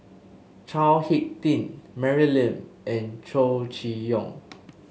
Chao HicK Tin Mary Lim and Chow Chee Yong